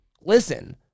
listen